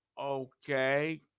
Okay